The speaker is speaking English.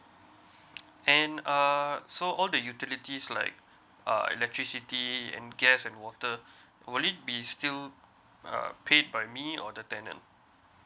and uh so all the utilities like uh electricity and gas and water will it be still uh pay by me or the tenant